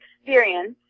experience